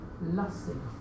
lusting